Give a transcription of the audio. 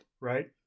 right